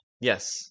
yes